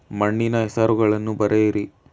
ಮಣ್ಣಿನ ಹೆಸರುಗಳನ್ನು ಬರೆಯಿರಿ